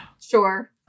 sure